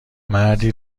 مردی